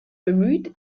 bemüht